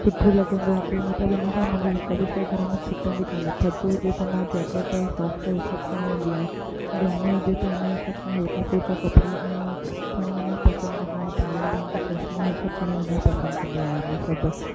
सुठो लॻंदो आहे की मतिलबु इन सां मुंहिंजी हिकु बि शइ घर में छुटंदी कोन्हे थधि हुजे त मां जैकेट सॉक्स इहे सभु खणी वेंदी आहियां गर्मी हुजे त उन हिसाब सां हलिका फुलिका कपड़ा ईअं खणी वञणु पसंदि कंदी आहियां पावर बैंक चश्मो इहे सभु खणी वञणु पसंदि कंदी आहियां मां सभु